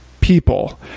people